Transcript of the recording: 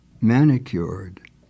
manicured